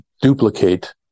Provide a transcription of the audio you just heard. duplicate